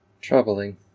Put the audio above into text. Troubling